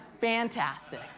Fantastic